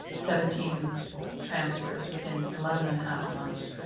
seventeen transfers within eleven and a half months,